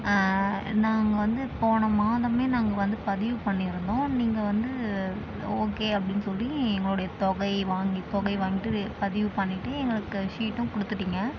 நாங்கள் வந்து போன மாதமே நாங்கள் வந்து பதிவு பண்ணியிருந்தோம் நீங்கள் வந்து ஓகே அப்படின்னு சொல்லி எங்களுடைய தொகை வாங்கி தொகை வாங்கிட்டு ரே பதிவு பண்ணிவிட்டு எங்களுக்கு ஷீட்டும் கொடுத்துட்டீங்க